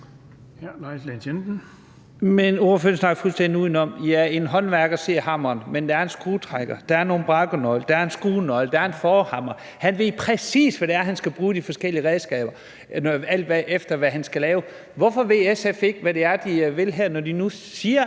(S): Ordføreren snakker fuldstændig udenom. Ja, en håndværker har en hammer, men der er også en skruetrækker, der er en umbraconøgle, der er en skruenøgle, og der er en forhammer. Han ved præcis, hvad han skal bruge de forskellige redskaber til, alt efter hvad han skal lave. Hvorfor ved SF ikke, hvad de vil her? Når de nu siger,